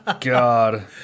God